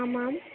आमाम्